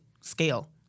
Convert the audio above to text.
scale